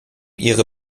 ihre